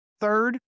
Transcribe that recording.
Third